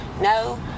no